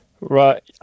Right